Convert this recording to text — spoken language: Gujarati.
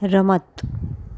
રમત